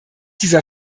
dieser